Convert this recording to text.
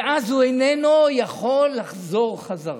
ואז הוא איננו יכול לחזור חזרה,